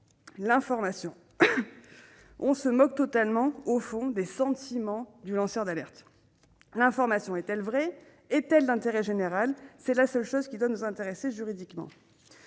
l'information. On se moque totalement des sentiments du lanceur d'alerte. L'information est-elle vraie ? Est-elle d'intérêt général ? Telles sont les seules questions qui doivent nous intéresser juridiquement.